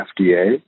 FDA